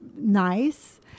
nice